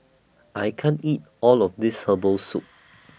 I can't eat All of This Herbal Soup